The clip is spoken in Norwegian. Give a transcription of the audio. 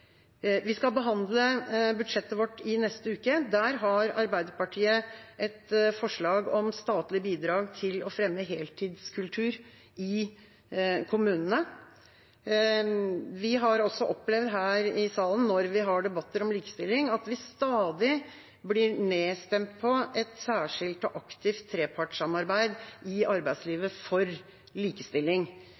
Vi skal behandle budsjettet vårt i neste uke. Der har Arbeiderpartiet et forslag om statlig bidrag til å fremme heltidskultur i kommunene. Vi har opplevd her i salen når vi har debatter om likestilling, at vi stadig blir nedstemt på et særskilt og aktivt trepartssamarbeid for likestilling i arbeidslivet.